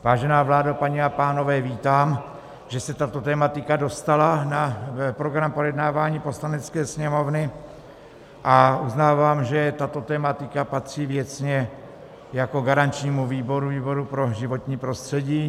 Vážená vládo, paní a pánové, vítám, že se tato tematika dostala na program projednávání Poslanecké sněmovny, a uznávám, že tato tematika patří věcně jako garančnímu výboru pro životní prostředí.